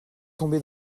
tombé